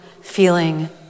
feeling